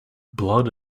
blood